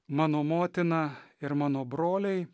mano motina ir mano broliai